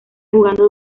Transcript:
jugando